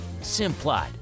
Simplot